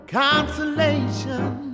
consolation